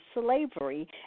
Slavery